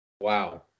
Wow